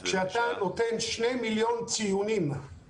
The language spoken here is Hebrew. כשאתה נותן שני מיליון ציונים,